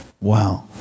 Wow